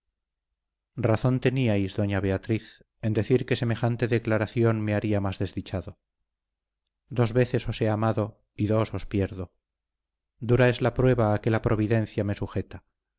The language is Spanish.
razón teníais doña beatriz en decir que semejante declaración me haría más desdichado dos veces os he amado y dos os pierdo dura es la prueba a que la providencia me sujeta